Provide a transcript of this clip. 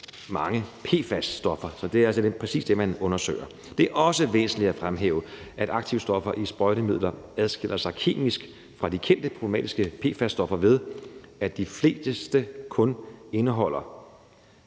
mange PFAS-stoffer, så det er altså præcis det, man undersøger. Det er også væsentligt at fremhæve, at aktivstoffer i sprøjtemidler adskiller sig kemisk fra de kendte problematiske PFAS-stoffer, ved at de fleste kun indeholder